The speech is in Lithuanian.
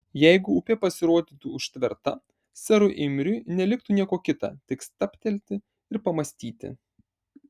jeigu upė pasirodytų užtverta serui imriui neliktų nieko kita tik stabtelti ir pamąstyti